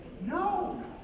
no